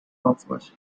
offers